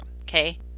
Okay